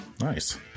Nice